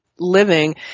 living